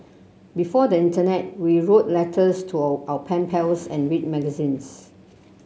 before the internet we wrote letters to our pen pals and read magazines